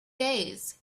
days